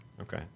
Okay